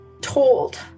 told